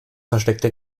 versteckte